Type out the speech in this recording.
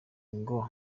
ngo